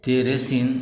ते रेसीन